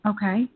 Okay